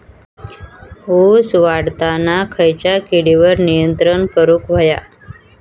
ऊस वाढताना खयच्या किडींवर नियंत्रण करुक व्हया?